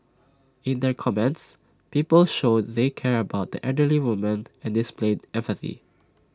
in their comments people showed they cared about the elderly woman and displayed empathy